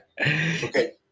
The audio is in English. Okay